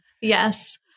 Yes